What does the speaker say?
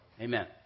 Amen